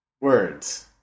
words